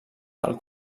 del